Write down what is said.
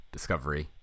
Discovery